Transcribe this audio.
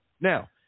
Now